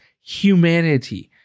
humanity